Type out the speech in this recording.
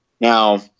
Now